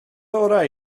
orau